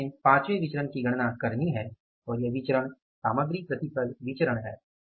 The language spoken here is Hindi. अब हमें पांचवें विचरण की गणना करनी है और वह विचरण सामग्री प्रतिफल विचरण है